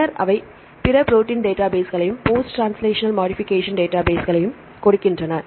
பின்னர் அவை பிற ப்ரோடீன் டேட்டாபேஸ்களையும் போஸ்ட் ட்ரான்ஸ்லேஸ்ஷனல் மொடிபிகேஷன் டேட்டாபேஸ்ஸையும் கொடுக்கின்றன